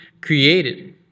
created